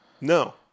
No